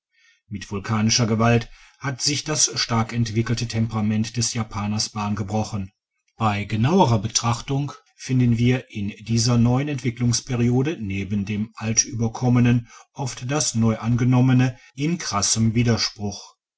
mit vulkanischer gewalt hat sich das stark entwickelte temperament des japaners bahn gebrochen bei genauer beobachtung finden wir in dieser neuen entwicklungsperiode neben dem altüberkommenen oft das neuangenommene in krassem widerspruch